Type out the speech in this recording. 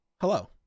hello